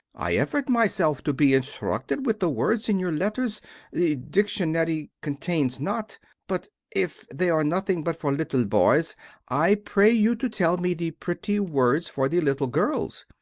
i effort myself to be instructed with the words in your letters the dictionary contains not but if they are nothing but for little boys i pray you to tell me the pretty words for the little girls.